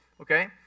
okay